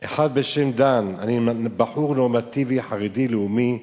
אחד בשם דן, בחור נורמטיבי, חרדי לאומי,